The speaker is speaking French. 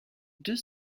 deux